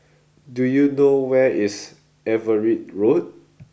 do you know where is Everitt Road